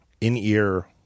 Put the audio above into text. in-ear